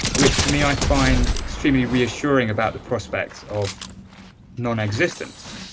which for me i find extremely reassuring about the prospects of nonexistence,